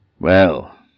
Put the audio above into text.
Well